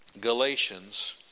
Galatians